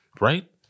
right